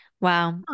Wow